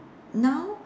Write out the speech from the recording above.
now